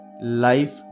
life